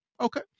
Okay